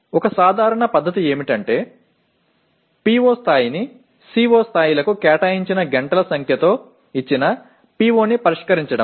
ஒரு எளிய முறை என்னவென்றால் POவின் அளவை COக்களுக்கு ஒதுக்கப்பட்ட மணிநேரங்களின் எண்ணிக்கையுடன் தொடர்புபடுத்துவது